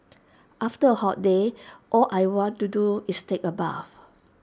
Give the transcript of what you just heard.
after A hot day all I want to do is take A bath